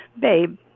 babe